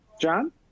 John